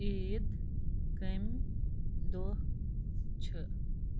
عیٖد کَمہِ دۄہ چھِ